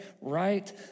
right